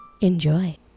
enjoy